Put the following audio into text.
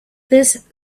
this